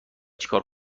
چیکار